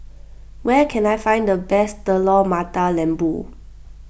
where can I find the best Telur Mata Lembu